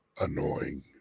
Annoying